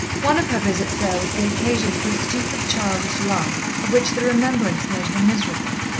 one of her visits there was the occasion for a stupid, childish lie, of which the remembrance made her miserable.